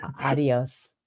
Adios